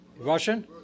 Russian